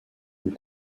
aux